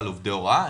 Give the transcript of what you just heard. בעובדי הוראה,